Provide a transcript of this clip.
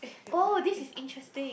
oh this is interesting